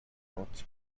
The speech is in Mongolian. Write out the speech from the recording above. нууц